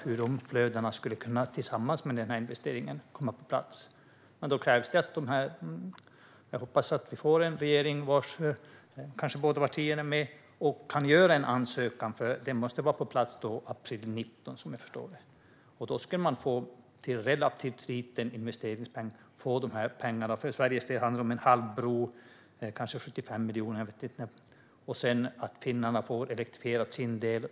Med denna investering skulle de flödena kunna komma på plats. Jag hoppas att vi får en regering där båda våra partier kanske är med och att vi kan göra en ansökan. Den måste vara på plats i april 2019, som jag förstår det. Då skulle man för en relativt liten investeringspeng kunna göra dessa satsningar. För Sveriges del handlar det om en halv bro, kanske 75 miljoner. Finnarna måste få sin del elektrifierad.